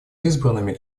избранными